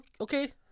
okay